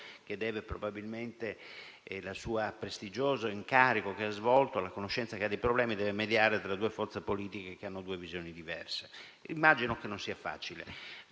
che deve probabilmente il suo prestigioso incarico che ha svolto alla conoscenza che ha dei problemi e deve mediare tra due forze politiche che hanno due visioni diverse. Immagino che non sia facile.